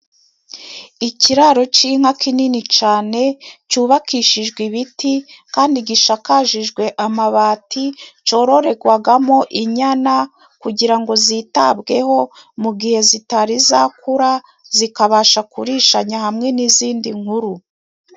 Ikiraro c'inka kinini cane cubakishijwe ibiti kandi gishakashijwe amabati, cororegwagamo inyana kugira ngo zitabweho mu gihe zitari zakura, zikabasha kurishanya hamwe n'izindi nkuru.